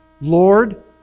Lord